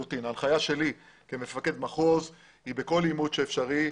ההנחיה שלי כמפקד מחוז היא שבכל עימות שאפשרי,